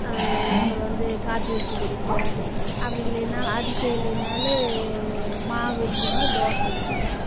அப்புறம் வந்து காப்பி வச்சு குடிப்போம் அப்புறம் இல்லைனா அது செய்லைனாலும் மாவு இருந்ததுன்னா தோசை ஊற்றுவோம்